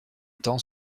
temps